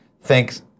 Thanks